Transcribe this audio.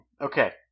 Okay